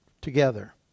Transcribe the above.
together